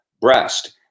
breast